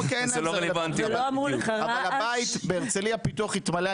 אבל הבית בהרצליה פיתוח יתמלא,